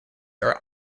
are